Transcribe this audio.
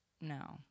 No